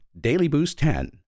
dailyboost10